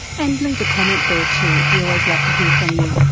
and leave a comment there too, we always love to hear from you.